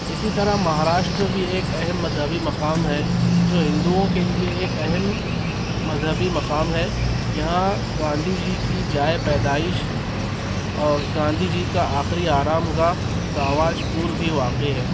اسی طرح مہاراشٹر بھی ایک اہم مذہبی مقام ہے جو ہندوؤں کے لیے ایک اہم مذہبی مقام ہے یہاں گاندھی جی کی جائے پیدائش اور گاندھی جی کا آخری آرام گاہ شہباز پور بھی واقع ہے